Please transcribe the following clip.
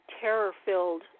terror-filled